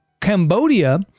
cambodia